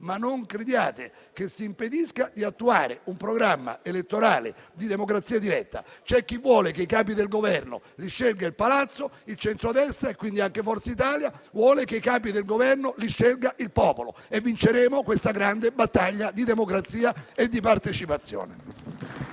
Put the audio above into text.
Non crediate, però, che si impedisca di attuare un programma elettorale di democrazia diretta. C'è chi vuole che i capi del Governo li scelga il palazzo; il centrodestra e, quindi anche Forza Italia, vuole che i capi del Governo li scelga il popolo. E noi vinceremo questa grande battaglia di democrazia e di partecipazione.